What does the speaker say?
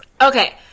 okay